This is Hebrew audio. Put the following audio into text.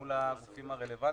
מול הגופים הרלוונטיים.